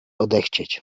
odechcieć